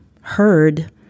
heard